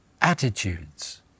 attitudes